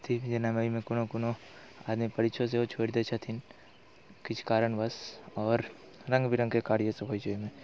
अथि जेना एहिमे कोनो कोनो आदमी परीक्षो सेहो छोड़ि दैत छथिन किछु कारणवश आओर रङ्ग बिरङ्गके कार्यसभ होइत छै एहिमे